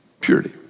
purity